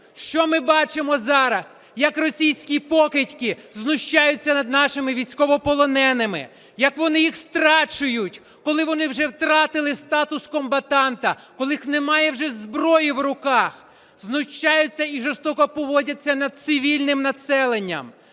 Що ми бачимо зараз? Як російські покидьки знущаються над нашими військовополоненими, як вони їх страчують, коли вони вже втратили статус комбатанта, коли в них немає вже зброї в руках, знущаються і жорстоко поводяться над цивільним населення,